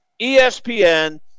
ESPN